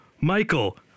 Michael